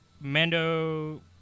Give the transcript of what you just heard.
mando